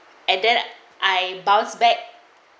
and then I bounced back